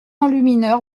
enlumineur